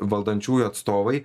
valdančiųjų atstovai